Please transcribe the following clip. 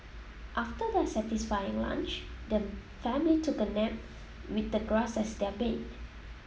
after their satisfying lunch the family took a nap with the grass as their bed